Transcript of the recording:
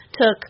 took